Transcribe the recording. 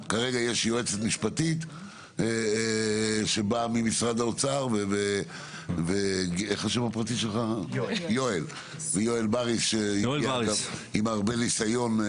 יועצת משפטית שבאה ממשרד האוצר ויש את יואל בריס שהגיע עם הרבה ניסיון.